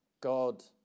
God